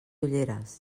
ulleres